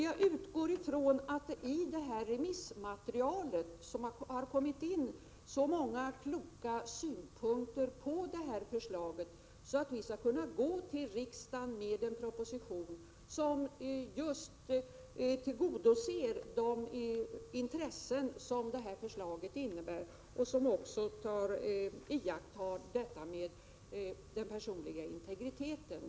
Jag utgår från att det i remissmaterialet finns så många kloka synpunkter på detta förslag att vi skall kunna lägga fram en proposition för riksdagen som tillgodoser de intressen som förslaget företräder och som också tar hänsyn till den personliga integriteten.